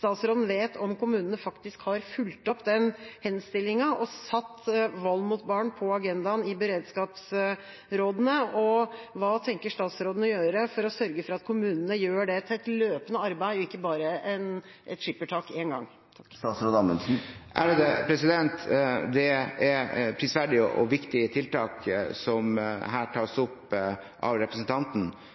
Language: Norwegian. statsråden vet om kommunene faktisk har fulgt opp den henstillingen og satt vold mot barn på agendaen i beredskapsrådene. Hva tenker statsråden å gjøre for å sørge for at kommunene gjør det til et løpende arbeid og ikke bare et skippertak én gang? Det er prisverdige og viktige tiltak som her tas opp av representanten.